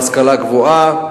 השכלה גבוהה,